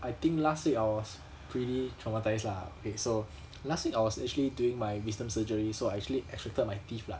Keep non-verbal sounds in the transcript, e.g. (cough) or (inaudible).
I think last week I was pretty traumatized lah okay so (noise) last week I was actually doing my wisdom surgery so I actually extracted my teeth lah